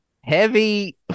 Heavy